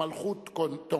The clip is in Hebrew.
מלכות טונגה.